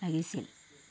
লাগিছিল